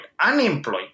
unemployed